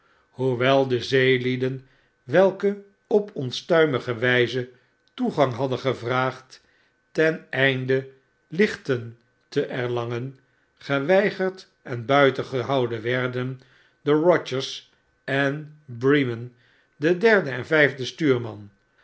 hoewel de zeelieden welke op onstuitnige wjjze toegang hadden gevraagd ten einde lichten te erlangen geweigerd en buitengehouden werden door kogers en brimen den aerden en vjjfden stuurman